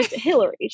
Hillary